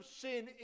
sin